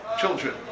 children